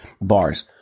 Bars